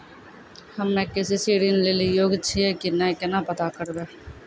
हम्मे के.सी.सी ऋण लेली योग्य छियै की नैय केना पता करबै?